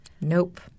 Nope